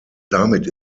damit